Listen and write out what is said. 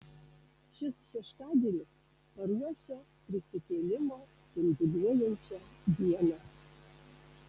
šis šeštadienis paruošia prisikėlimo spinduliuojančią dieną